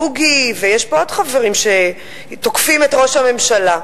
בוגי ויש פה עוד חברים שתוקפים את ראש הממשלה,